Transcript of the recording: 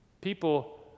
People